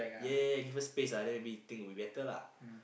ya ya ya give her space ah then maybe think would be better lah